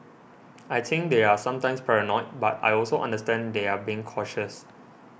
I think they're sometimes paranoid but I also understand they're being cautious